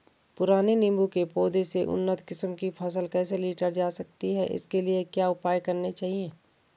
पुराने नीबूं के पौधें से उन्नत किस्म की फसल कैसे लीटर जा सकती है इसके लिए क्या उपाय करने चाहिए?